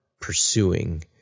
pursuing